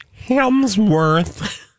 Hemsworth